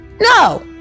no